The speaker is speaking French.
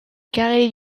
carélie